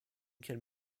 can